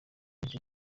minsi